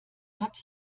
hat